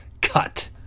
cut